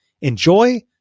Enjoy